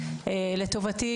לטובתי,